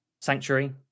Sanctuary